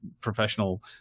professional